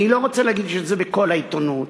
אני לא רוצה להגיד שזה בכל העיתונות,